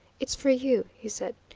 it's for you, he said.